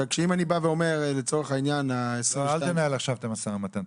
אם לצורך העניין --- אל תנהל עכשיו את המשא ומתן.